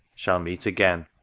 shall meet again.